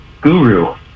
Guru